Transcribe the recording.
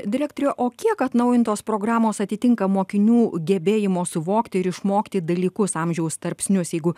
direktore o kiek atnaujintos programos atitinka mokinių gebėjimo suvokti ir išmokti dalykus amžiaus tarpsnius jeigu